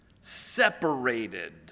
separated